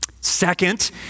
Second